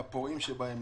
הפורעים שבהם,